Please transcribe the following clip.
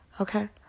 Okay